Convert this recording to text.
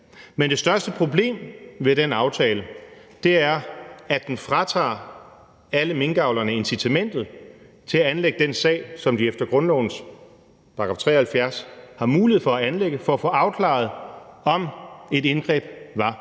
Men det største problem ved den aftale er, at den fratager alle minkavlerne incitamentet til at anlægge den sag, som de efter grundlovens § 73 har mulighed for at anlægge for at få afklaret, om et indgreb var